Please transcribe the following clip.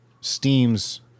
Steam's